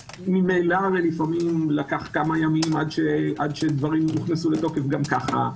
וממילא לקח לפעמים כמה ימים עד שדברים נכנסו לתוקף גם ככה.